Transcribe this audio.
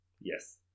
yes